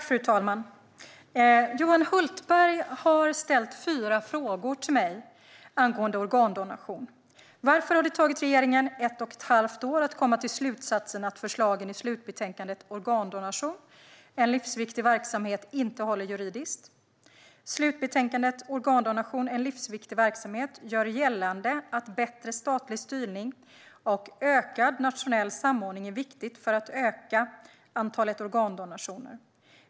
Fru talman! Johan Hultberg har ställt fyra frågor till mig angående organdonation. Varför har det tagit regeringen ett och ett halvt år att komma till slutsatsen att förslagen i slutbetänkandet Organdonation - En livsviktig verksamhet inte håller juridiskt? Slutbetänkandet Organdonation - En livsviktig verksamhet gör gällande att bättre statlig styrning och ökad nationell samordning är viktigt för att öka antalet organdonationer.